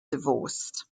divorce